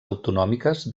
autonòmiques